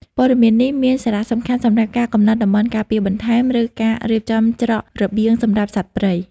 ព័ត៌មាននេះមានសារៈសំខាន់សម្រាប់ការកំណត់តំបន់ការពារបន្ថែម ឬការរៀបចំច្រករបៀងសម្រាប់សត្វព្រៃ។